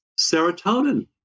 serotonin